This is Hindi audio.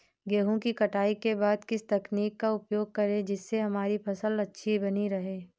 गेहूँ की कटाई के बाद किस तकनीक का उपयोग करें जिससे हमारी फसल अच्छी बनी रहे?